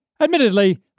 Admittedly